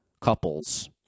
couples